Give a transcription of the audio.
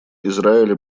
израиля